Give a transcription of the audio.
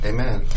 Amen